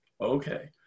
Okay